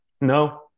No